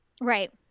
Right